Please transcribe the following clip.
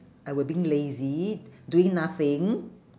I were being lazy doing nothing